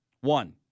One